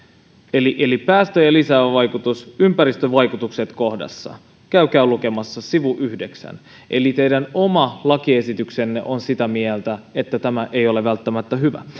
eli eli päästöjä lisäävä vaikutus sanotaan ympäristövaikutukset kohdassa käykää lukemassa sivu yhdeksän eli teidän oma lakiesityksenne on sitä mieltä että tämä ei ole välttämättä hyvä